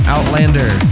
Outlander